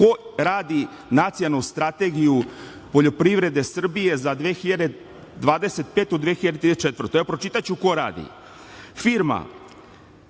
ko radi nacionalnu strategiju poljoprivrede Srbije za 2025, 2034. godinu. Evo, pročitaću ko radi. Firma